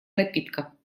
напитка